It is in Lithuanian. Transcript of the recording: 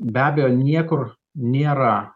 be abejo niekur nėra